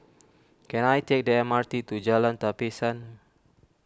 can I take the M R T to Jalan Tapisan